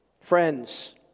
Friends